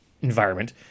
environment